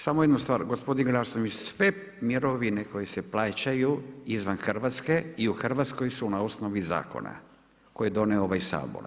Samo jednu stvar, gospodin Glasnović, sve mirovine koje se plaćaju izvan Hrvatske i u Hrvatskoj su na osnovi zakona, koje je donio ovaj Sabor.